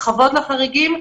הרחבות לחריגים.